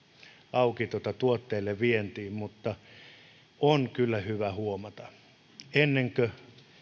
auki tuotteille vientiin mutta on kyllä hyvä huomata että ennen kuin